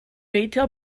retail